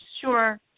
sure